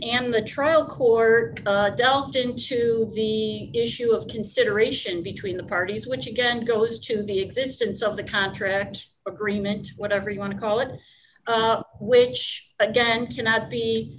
court delved into the issue of consideration between the parties which again goes to the existence of the contract agreement whatever you want to call it which again cannot be